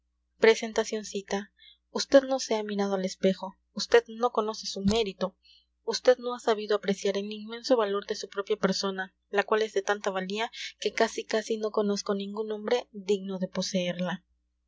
amándole presentacioncita vd no se ha mirado al espejo vd no conoce su mérito vd no ha sabido apreciar el inmenso valor de su propia persona la cual es de tanta valía que casi casi no conozco ningún hombre digno de poseerla